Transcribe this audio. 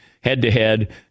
head-to-head